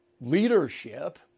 leadership